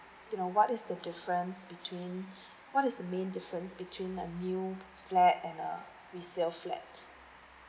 you know what is the difference between what is the main difference between a new flat and a resale flat